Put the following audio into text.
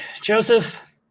Joseph